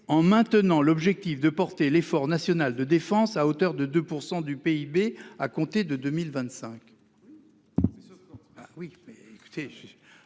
en maintenant l'objectif de porter l'effort national de défense à hauteur de 2 % du PIB à compter de 2025. » On ne